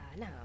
no